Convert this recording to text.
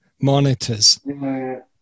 monitors